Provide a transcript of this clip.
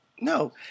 No